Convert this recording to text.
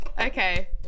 Okay